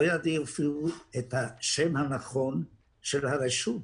אפילו לא ידעו את השם הנכון של הרשות.